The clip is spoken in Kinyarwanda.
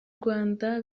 rwanda